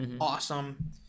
awesome